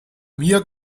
mir